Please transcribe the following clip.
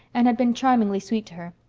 and had been charmingly sweet to her.